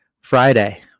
Friday